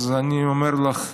אז אני אומר לך,